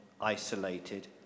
isolated